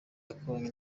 yakoranye